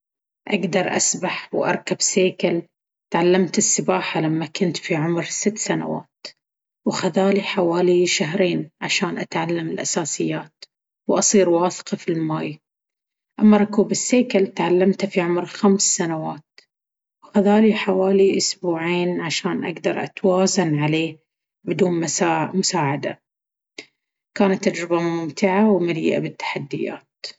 أقدر أسبح وأركب سيكل. تعلمت السباحة لما كنت في عمر الست سنوات، وخذالي حوالي شهرين عشان أتعلم الأساسيات وأصير واثقة في الماي. أما ركوب السيكل، تعلمته في عمر الخمس سنوات، وخذالي حوالي أسبوعين عشان أقدر اتوازن عليه بدون مساع-مساعدة. كانت تجربة ممتعة ومليئة بالتحديات.